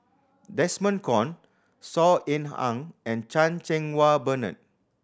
Desmond Kon Saw Ean Ang and Chan Cheng Wah Bernard